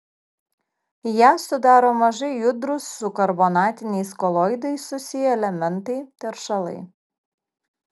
ją sudaro mažai judrūs su karbonatiniais koloidais susiję elementai teršalai